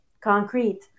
concrete